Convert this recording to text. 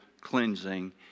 cleansing